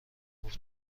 بوده